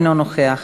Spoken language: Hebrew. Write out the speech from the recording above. אינו נוכח,